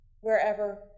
wherever